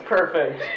Perfect